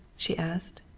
she asked.